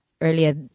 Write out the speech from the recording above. earlier